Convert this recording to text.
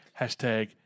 Hashtag